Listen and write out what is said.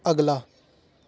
ਅਗਲਾ